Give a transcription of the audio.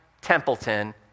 Templeton